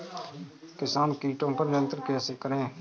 किसान कीटो पर नियंत्रण कैसे करें?